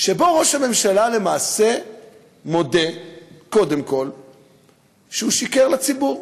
שבו ראש הממשלה למעשה מודה קודם כול שהוא שיקר לציבור.